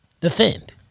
Defend